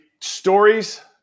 stories